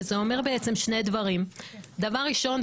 זה אומר שני דברים: דבר ראשון,